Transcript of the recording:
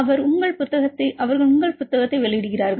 பாருங்கள் அவர்கள் உங்கள் புத்தகத்தை வெளியிடுகிறார்கள்